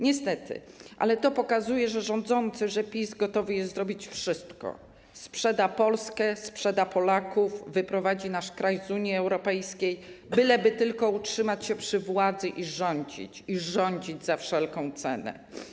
Niestety to pokazuje, że rządzący, że PiS gotowy jest zrobić wszystko, sprzeda Polskę, sprzeda Polaków, wyprowadzi nasz kraj z Unii Europejskiej, byleby tylko utrzymać się przy władzy i rządzić, i rządzić za wszelką cenę.